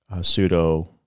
pseudo